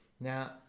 Now